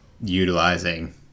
utilizing